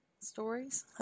stories